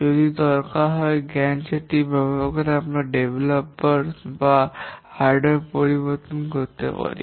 যদি দরকার হয় গ্যান্ট চার্ট ব্যবহার করে আমরা ডেভেলপার বা হার্ডওয়্যার পরিবর্তন করতে পারি